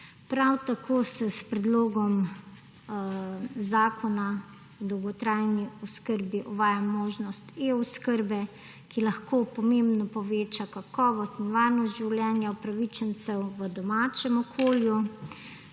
Prav tako se s Predlogom zakona o dolgotrajni oskrbi uvaja možnost e-oskrbe, ki lahko pomembno poveča kakovost in varnost življenja upravičencev v domačem okolju;